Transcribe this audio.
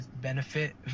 benefit